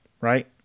right